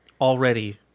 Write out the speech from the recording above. already